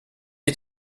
est